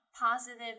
positive